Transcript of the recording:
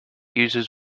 uses